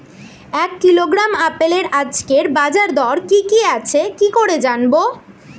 এক কিলোগ্রাম আপেলের আজকের বাজার দর কি কি আছে কি করে জানবো?